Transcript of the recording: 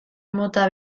mota